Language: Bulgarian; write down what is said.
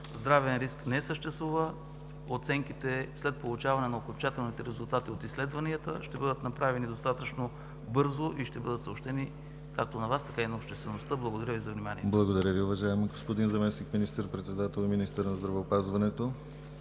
здравен риск не съществува. Оценките след получаване на окончателните резултати от изследванията ще бъдат направени достатъчно бързо и ще бъдат съобщени както на Вас, така и на обществеността. Благодаря Ви за вниманието. ПРЕДСЕДАТЕЛ ДИМИТЪР ГЛАВЧЕВ: Благодаря Ви, уважаеми господин Заместник министър-председател и министър на здравеопазването.